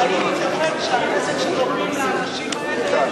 האם ייתכן שהנזק שגורמים לאנשים האלה